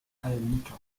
tajemniczo